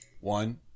One